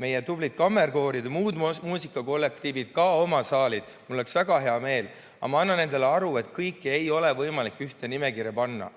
meie tublid kammerkoorid ja muud muusikakollektiivid ka oma saalid. Mul oleks selle üle väga hea meel, aga ma annan endale aru, et kõiki ei ole võimalik ühte nimekirja panna.